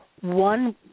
one